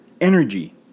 energy